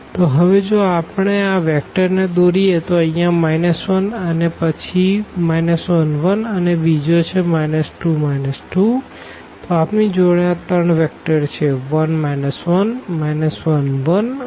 તો હવે જો આપણે આ વેક્ટર ને દોરીએ તો અહિયાં 1 અને અને પછી 1 1 અને બીજો છે 2 2 તો આપણી જોડે આ ત્રણ વેક્ટર છે 1 1 1 1 અને 2 2